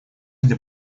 для